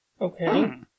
Okay